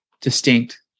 distinct